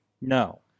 No